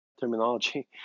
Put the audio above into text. terminology